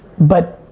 but,